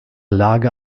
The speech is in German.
lage